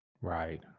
Right